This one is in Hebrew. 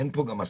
אין פה הסתרה.